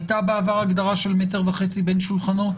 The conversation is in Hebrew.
הייתה בעבר הגדרה של מטר וחצי בין שולחנות?